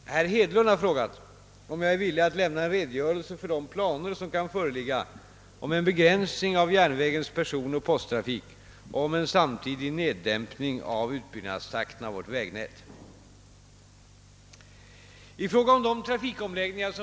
Herr talman! Herr Hedlund har frågat, om jag är villig att lämna en redogörelse för de planer som kan föreligga om en begränsning av järnvägens personoch posttrafik och om en samtidig neddämpning av utbyggnadstakten av vårt vägnät.